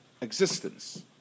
existence